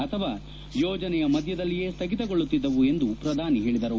ಅಥವಾ ಯೋಜನೆಯ ಮಧ್ಯದಲ್ಲಿಯೇ ಸ್ಥಗಿತಗೊಳ್ಳುತ್ತಿದ್ದವು ಎಂದು ಪ್ರಧಾನಿ ಹೇಳಿದರು